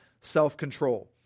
self-control